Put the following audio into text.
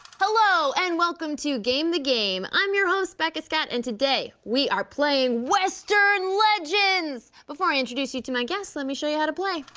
hello and welcome to game the game. i'm your host becca scott and today we are playing western legends. before i introduce you to my guests, let me show you how to play.